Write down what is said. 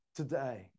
today